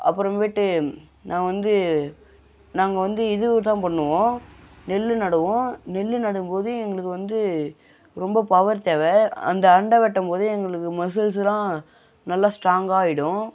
அப்புறம் மேட்டு நான் வந்து நாங்கள் வந்து இது தான் பண்ணுவோம் நெல் நடுவோம் நெல் நடுவும் போது எங்களுக்கு வந்து ரொம்ப பவர் தேவை அந்த அண்டை வெட்டும் போது எங்களுக்கு மஸ்சுல்சுலாம் நல்ல ஸ்டாங்காயிடும்